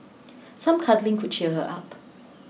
some cuddling could cheer her up